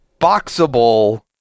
boxable